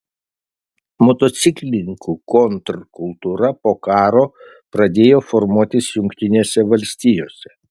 motociklininkų kontrkultūra po karo pradėjo formuotis jungtinėse valstijose